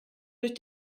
durch